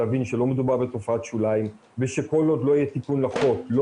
להבין שלא מדובר בתופעת שוליים ושכל עוד לא יהיה תיקון לחוק לא